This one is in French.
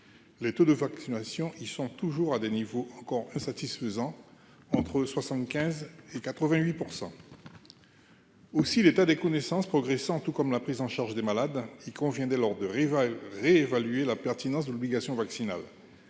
les taux de vaccination, ils sont toujours à des niveaux encore insatisfaisant, entre 75 et 88 % aussi l'état des connaissances progressant tout comme la prise en charge des malades, il convient dès lors de réévaluer la pertinence de l'obligation vaccinale,